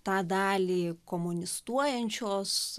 tą dalį komunistuojančios